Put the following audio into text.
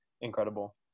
incredible